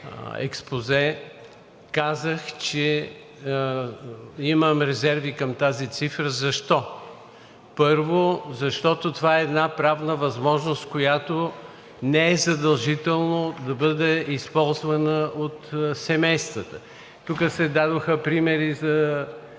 експозе казах, че имам резерви към тази цифра, защо? Първо, защото това е една правна възможност, която не е задължително да бъде използвана от семействата. Тук се дадоха примери за